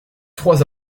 trois